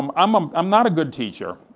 um i'm um i'm not a good teacher.